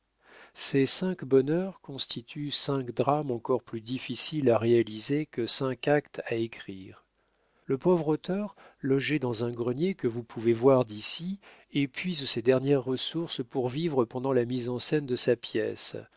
ces cinq bonheurs constituent cinq drames encore plus difficiles à réaliser que cinq actes à écrire le pauvre auteur logé dans un grenier que vous pouvez voir d'ici épuise ses dernières ressources pour vivre pendant la mise en scène de sa pièce